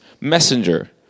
messenger